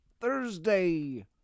Thursday